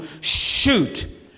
shoot